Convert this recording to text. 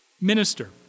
minister